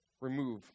remove